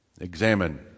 Examine